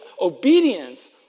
obedience